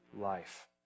life